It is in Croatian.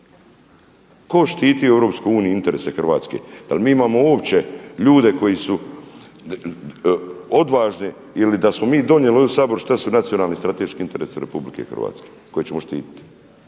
uniji interese Hrvatske? Da li mi imamo uopće ljude koji su odvažni ili da smo mi donijeli u ovom Saboru šta su strateški nacionalni interesi Republike Hrvatske koje ćemo štititi,